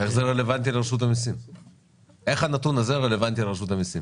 איך הנתון הזה רלוונטי לרשות המיסים?